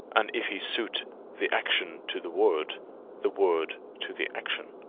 and if he suit the action to the word' the word to the action